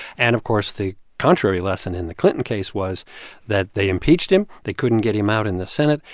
and, of course, the contrary lesson in the clinton case was that they impeached him. they couldn't get him out in the senate.